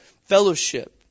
Fellowship